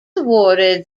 awarded